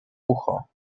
ucho